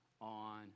on